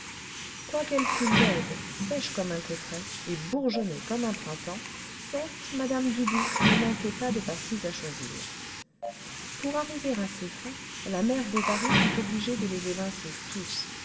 quoiqu'elle fût laide sèche comme un cotret et bourgeonnée comme un printemps certes madame dubuc ne manquait pas de partis à choisir pour arriver à ses fins la mère bovary fut obligée de les évincer tous